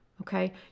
okay